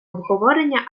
обговорення